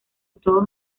todos